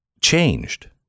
changed